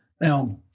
Now